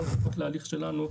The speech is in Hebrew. לא לחכות להליך שלנו,